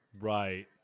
Right